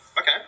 okay